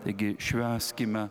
taigi švęskime